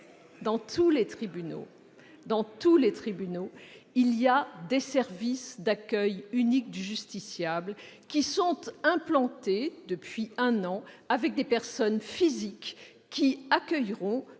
Dans tous les tribunaux, il y a des services d'accueil unique du justiciable qui sont implantés depuis un an : des personnes physiques accueilleront